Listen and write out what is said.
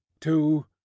two